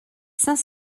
saint